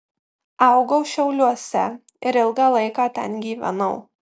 augau šiauliuose ir ilgą laiką ten gyvenau